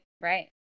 right